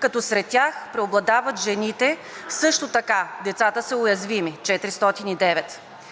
като сред тях преобладават жените, също така децата са уязвими – 409.